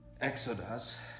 Exodus